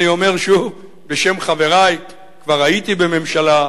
אני אומר שוב, בשם חברי: כבר הייתי בממשלה,